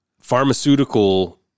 pharmaceutical